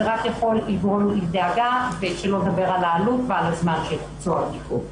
זה רק יכול לגרום לדאגה ושלא לדבר על העלות ועל הזמן של ביצוע הבדיקות.